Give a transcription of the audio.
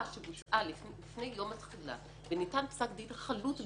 שבוצעה לפני יום התחילה וניתן פסק דין חלוט בעניינה,